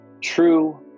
True